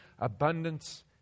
abundance